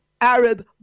Arab